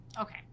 okay